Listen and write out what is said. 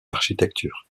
architecture